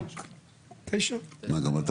יכול להיות.